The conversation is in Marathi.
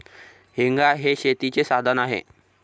हेंगा हे शेतीचे साधन आहे